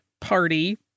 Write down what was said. party